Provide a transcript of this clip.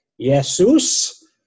Jesus